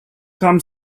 come